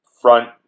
front